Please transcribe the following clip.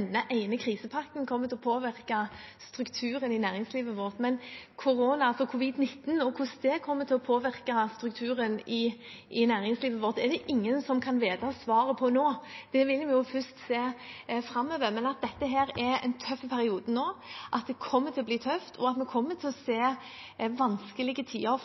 denne ene krisepakken kommer til å påvirke strukturen i næringslivet vårt. Hvordan koronasmitten, covid-19, kommer til å påvirke strukturen i næringslivet vårt, er det ingen som kan vite svaret på nå. Vi må se framover. At det er en tøff periode nå, at det kommer til å bli tøft, og at det kommer til å bli vanskelige tider